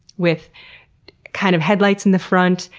with kind of headlights in the front,